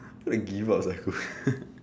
why give up sia